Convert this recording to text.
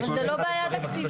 אבל זאת לא בעיה תקציבית.